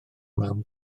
mewn